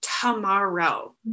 tomorrow